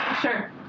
Sure